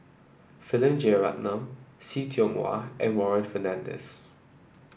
Philip Jeyaretnam See Tiong Wah and Warren Fernandez